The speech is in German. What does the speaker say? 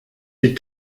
die